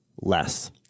less